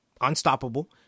unstoppable